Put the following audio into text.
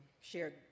shared